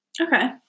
Okay